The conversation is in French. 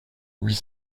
huit